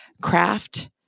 Craft